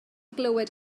glywed